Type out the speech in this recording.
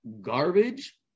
garbage